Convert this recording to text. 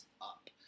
up